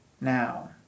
now